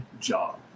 job